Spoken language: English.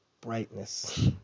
brightness